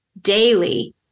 daily